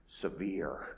severe